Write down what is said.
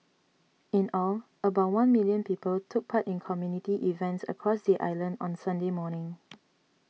in all about one million people took part in community events across the island on Sunday morning